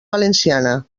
valenciana